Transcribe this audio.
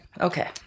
okay